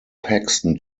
paxton